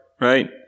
right